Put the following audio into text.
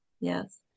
Yes